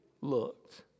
looked